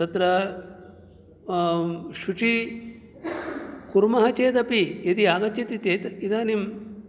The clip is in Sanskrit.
तत्र शुचि कुर्मः चेदपि यदि आगच्छति चेत् इदानीम्